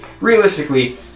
realistically